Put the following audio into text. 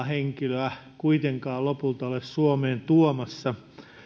henkilöä kuitenkaan lopulta ole suomeen tuomassa